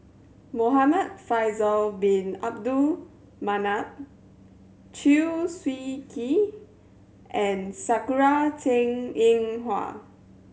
Muhamad Faisal Bin Abdul Manap Chew Swee Kee and Sakura Teng Ying Hua